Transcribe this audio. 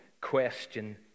question